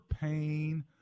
pain